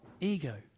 Ego